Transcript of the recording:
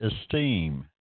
esteem